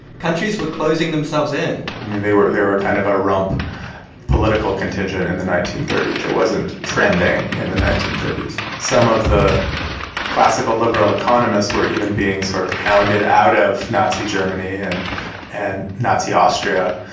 countries were closing themselves in i mean, they were kind of a rump political contingent in the nineteen thirty s. it wasn't trending in the nineteen thirty s. some of the classical liberal economists were even being sort of hounded out of nazi germany and and nazi austria,